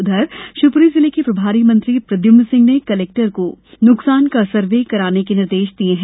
उधर शिवपुरी जिले के प्रभारी मंत्री प्रद्युम्न सिंह ने कलेक्टर को नुकसान का सर्वे करने के निर्देश दिये हैं